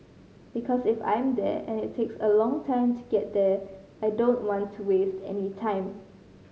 because if I'm there and it takes a long time to get there I don't want to waste any time